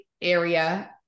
area